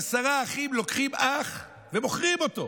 עשרה אחים לוקחים אח ומוכרים אותו.